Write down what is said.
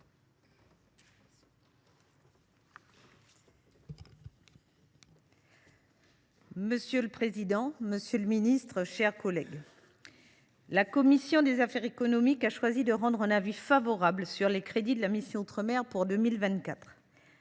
Monsieur le président, monsieur le ministre, mes chers collègues, la commission des affaires économiques a choisi de rendre un avis favorable sur les crédits de la mission « Outre mer » pour 2024.